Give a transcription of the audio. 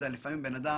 אפילו בן אדם